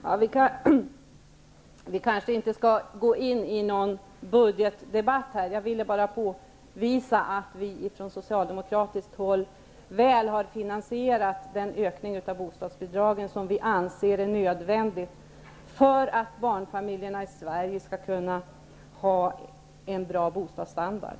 Herr talman! Vi kanske inte skall gå in i någon budgetdebatt. Jag ville bara påvisa att vi från socialdemokratiskt håll väl har finansierat den ökning av bostadsbidragen som vi anser är nödvändig för att barnfamiljerna i Sverige skall kunna ha en bra bostadsstandard.